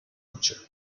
butcher